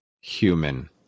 human